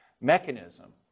mechanism